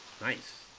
Nice